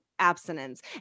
abstinence